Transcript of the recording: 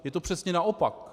Je to přesně naopak.